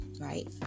right